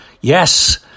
Yes